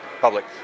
public